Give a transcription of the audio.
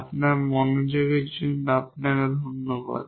আপনার মনোযোগের জন্য আপনাকে ধন্যবাদ